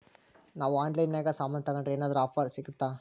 ನಾವು ಆನ್ಲೈನಿನಾಗ ಸಾಮಾನು ತಗಂಡ್ರ ಏನಾದ್ರೂ ಆಫರ್ ಸಿಗುತ್ತಾ?